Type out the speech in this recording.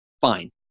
Fine